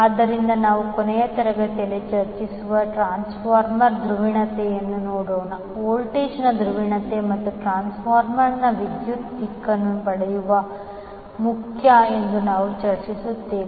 ಆದ್ದರಿಂದ ನಾವು ಕೊನೆಯ ತರಗತಿಯಲ್ಲಿ ಚರ್ಚಿಸುವ ಟ್ರಾನ್ಸ್ಫಾರ್ಮರ್ ಧ್ರುವೀಯತೆಯನ್ನು ನೋಡೋಣ ವೋಲ್ಟೇಜ್ನ ಧ್ರುವೀಯತೆ ಮತ್ತು ಟ್ರಾನ್ಸ್ಫಾರ್ಮರ್ಗೆ ವಿದ್ಯುತ್ ದಿಕ್ಕನ್ನು ಪಡೆಯುವುದು ಮುಖ್ಯ ಎಂದು ನಾವು ಚರ್ಚಿಸುತ್ತೇವೆ